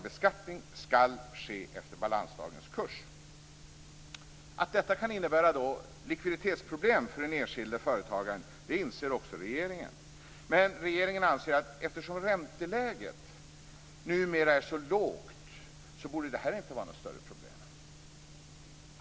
Beskattning skall ske efter balansdagens kurs. Att detta kan innebära likviditetsproblem för den enskilde företagaren inser också regeringen. Men regeringen anser att eftersom ränteläget numera är så lågt borde det här inte vara något större problem.